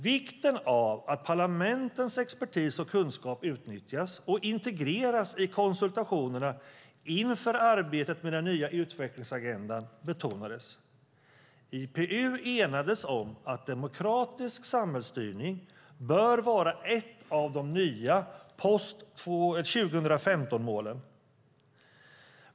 Vikten av att parlamentens expertis och kunskap utnyttjas och integreras i konsultationerna inför arbetet med den nya utvecklingsagendan betonades. IPU enades om att demokratisk samhällsstyrning bör vara ett av de nya post-2015-målen.